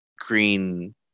green